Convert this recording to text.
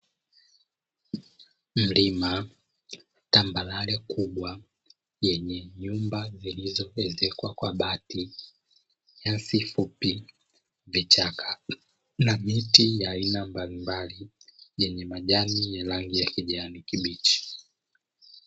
Mlima tambarare kubwa yenye nyumba zilizowekwa kwa bati, nyasi fupi vichaka, na miti ya aina mbalimbali yenye majani ya rangi ya kijani kibichi.